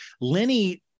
Lenny